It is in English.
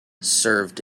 served